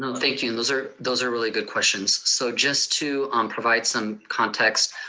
thank you, those are those are really good questions. so just to um provide some context,